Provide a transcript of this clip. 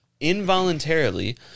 involuntarily